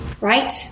right